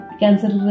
cancer